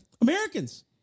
Americans